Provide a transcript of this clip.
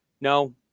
no